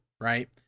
right